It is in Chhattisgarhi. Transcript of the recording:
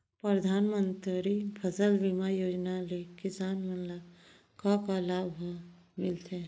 परधानमंतरी फसल बीमा योजना ले किसान मन ला का का लाभ ह मिलथे?